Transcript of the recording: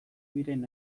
diren